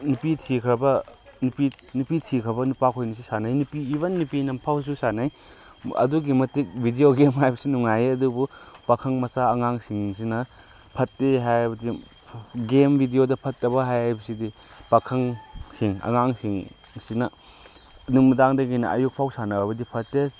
ꯅꯨꯄꯤ ꯊꯤꯈ꯭ꯔꯕ ꯅꯨꯄꯤ ꯊꯤꯈ꯭ꯔꯕ ꯅꯨꯄꯥ ꯈꯣꯏꯅꯁꯨ ꯁꯥꯟꯅꯩ ꯅꯨꯄꯤ ꯏꯕꯟ ꯅꯨꯄꯤꯅꯐꯥꯎꯁꯨ ꯁꯥꯟꯅꯩ ꯑꯗꯨꯛꯀꯤ ꯃꯇꯤꯛ ꯚꯤꯗꯤꯑꯣ ꯒꯦꯝ ꯍꯥꯏꯕꯁꯤ ꯅꯨꯡꯉꯥꯏ ꯑꯗꯨꯕꯨ ꯄꯥꯈꯪ ꯃꯆꯥ ꯑꯉꯥꯡꯁꯤꯡꯁꯤꯅ ꯐꯠꯇꯦ ꯍꯥꯏꯕꯗꯤ ꯒꯦꯝ ꯚꯤꯗꯤꯑꯣꯗ ꯐꯠꯇꯕ ꯍꯥꯏꯕꯁꯤꯗꯤ ꯄꯥꯈꯪ ꯁꯤꯡ ꯑꯉꯥꯡꯁꯤꯡꯁꯤꯅ ꯅꯨꯃꯤꯗꯥꯡꯗꯒꯤꯅ ꯑꯌꯨꯛꯐꯥꯎ ꯁꯥꯟꯅꯕꯗꯤ ꯐꯠꯇꯦ